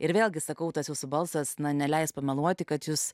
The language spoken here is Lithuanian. ir vėlgi sakau tas jūsų balsas na neleis pameluoti kad jūs